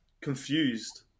confused